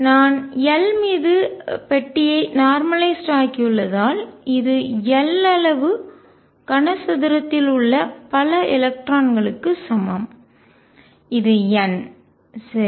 நான் L மீது பெட்டியை நார்மலய்ஸ்டு ஆகியுள்ளதால் இது L அளவு கனசதுரத்தில் உள்ள பல எலக்ட்ரான்களுக்கு சமம் இது N சரி